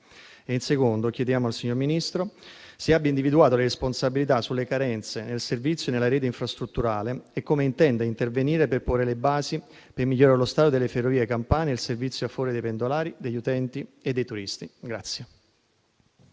le chiediamo, signor Ministro, se abbia individuato le responsabilità sulle carenze nel servizio e nella rete infrastrutturale, e come intenda intervenire per porre le basi per migliorare lo stato delle ferrovie campane e il servizio a favore dei pendolari, degli utenti e dei turisti.